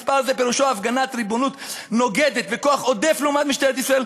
מספר זה פירושו הפגנת ריבונות נוגדת וכוח עודף לעומת משטרת ישראל.